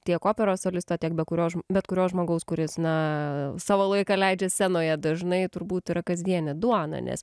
tiek operos solisto tiek be kurio bet kurio žmogaus kuris na savo laiką leidžia scenoje dažnai turbūt yra kasdienė duona nes